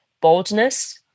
boldness